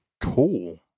Cool